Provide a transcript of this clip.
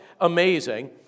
amazing